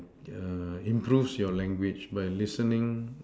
improves your language by listening